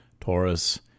Taurus